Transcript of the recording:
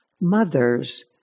Mother's